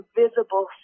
visible